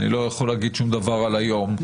אני לא יכול להגיד שום דבר על היום,